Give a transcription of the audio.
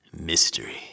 mystery